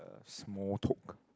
uh small talk